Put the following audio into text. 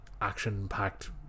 action-packed